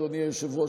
אדוני היושב-ראש,